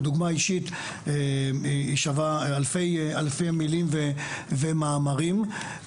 דוגמה אישית שווה אלפי מילים ומאמרים.